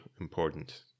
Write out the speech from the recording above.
important